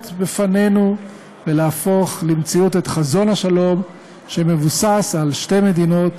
בפנינו ולהפוך למציאות את חזון השלום שמבוסס על שתי מדינות